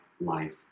life